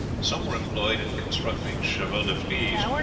some were employed in constructing chevaux de frise,